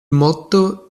motto